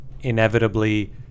inevitably